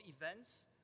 events